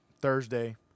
Thursday